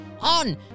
on